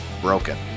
Broken